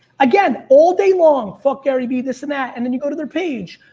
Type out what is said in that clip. again, all day long, fuck gary b this and that. and then you go to their page.